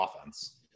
offense